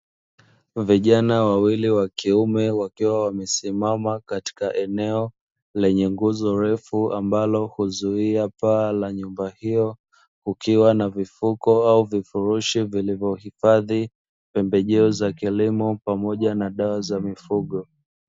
Vjana wawili wakiume wakiwa wamesimama katika eneo lenye nguzo refu ambalo huzuia paa la nyumba hiyo. Kukiwa na viko au vifurushi vilivyohifadhi pembejeo za kilimo pamoja na dawa za mifugo.